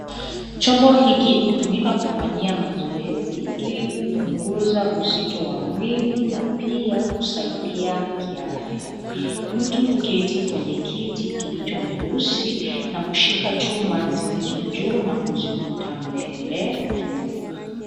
Chombo hiki hutumika kufanyia mazoezi ili kupunguza uzito wa mwili na pia kusaidia kiafya. Mtu huketi kwenye kiti kilicho nyeusi na kushika chuma zilizo juu na kuzivuta mbele na nyuma.